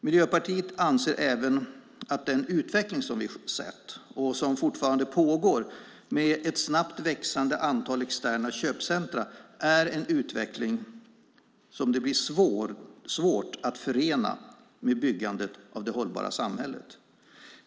Miljöpartiet anser även att den utveckling som vi sett, och som fortfarande pågår, med ett snabbt växande antal externa köpcentrum är en utveckling som blir svår att förena med bygget av det hållbara samhället.